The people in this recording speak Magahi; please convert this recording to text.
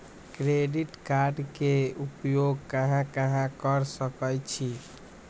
क्रेडिट कार्ड के उपयोग कहां कहां कर सकईछी?